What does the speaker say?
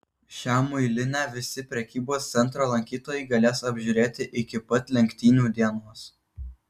šią muilinę visi prekybos centro lankytojai galės apžiūrėti iki pat lenktynių dienos